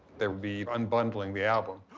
there would be unbundling the album.